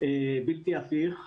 אני בטוחה שאתם הייתם בידיים טובות